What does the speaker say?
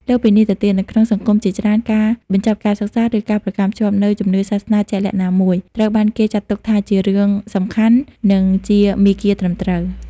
លើសពីនេះទៅទៀត នៅក្នុងសង្គមជាច្រើន ការបញ្ចប់ការសិក្សា ឬការប្រកាន់ខ្ជាប់នូវជំនឿសាសនាជាក់លាក់ណាមួយ ត្រូវបានគេចាត់ទុកថាជារឿងសំខាន់ និងជាមាគ៌ាត្រឹមត្រូវ។